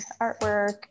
artwork